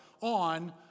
on